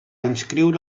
inscriure